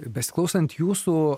besiklausant jūsų